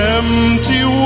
empty